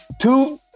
two